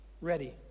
ready